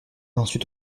ensuite